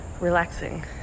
relaxing